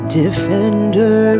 defender